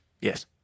Yes